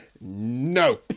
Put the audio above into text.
No